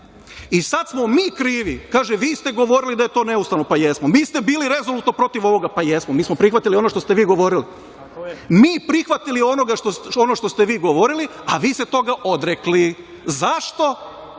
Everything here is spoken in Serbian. Sada smo mi krivi, kaže – vi ste to govorili da je to neustavno. Pa jesmo. Vi ste bili rezolutno protiv ovoga. Jesmo. Mi smo prihvatili ono što ste vi govorili. Mi prihvatili ono što ste vi govorili, a vi se toga odrekli. Zašto?